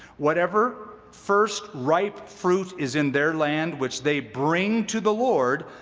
whatever first ripe fruit is in their land, which they bring to the lord,